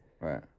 Right